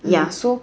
ya so